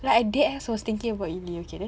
like I dead ass was thinking about Eli okay then